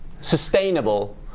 sustainable